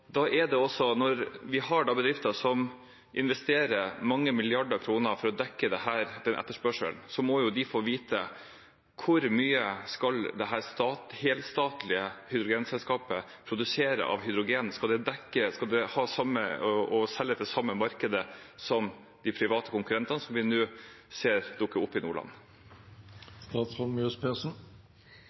investerer mange milliarder kroner for å dekke denne etterspørselen, må de få vite hvor mye dette helstatlige hydrogenselskapet skal produsere av hydrogen. Og skal det dekke, og selge på, det samme markedet som de private konkurrentene som vi nå ser dukke opp i